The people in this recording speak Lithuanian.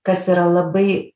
kas yra labai